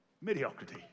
Mediocrity